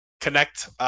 Connect